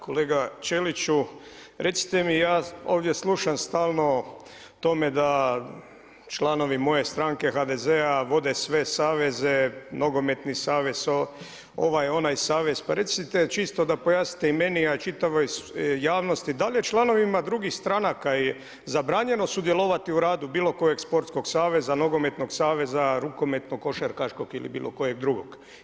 Kolega Čeliću, recite mi, ja ovdje slušam stalno o tome da članovi moje stranke, HDZ-a, vode sve saveze, nogometni savez, ovaj, onaj savez, pa recite čisto da pojasnite meni a i čitavoj javnosti, da li je članovima drugih stranaka zabranjeno sudjelovati u radu bilokojeg sportskog saveza nogometnog, rukometnog, košarkaškog ili bilokojeg drugog?